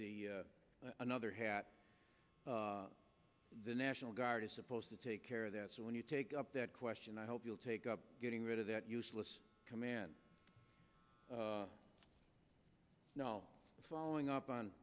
also another hat the national guard is supposed to take care of that so when you take up that question i hope you'll take up getting rid of that useless command no following up on